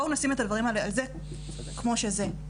בואו נשים את הדברים כמו שזה.